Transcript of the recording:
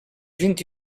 vinte